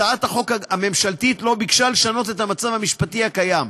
הצעת החוק הממשלתית לא ביקשה לשנות את המצב המשפטי הקיים.